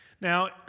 Now